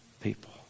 people